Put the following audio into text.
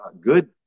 good